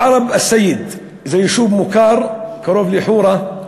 בערב-א-סייד, זה יישוב מוכר, קרוב לחורה,